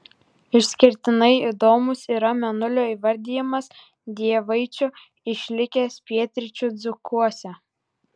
išskirtinai įdomus yra mėnulio įvardijimas dievaičiu išlikęs pietryčių dzūkuose